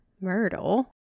myrtle